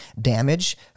damage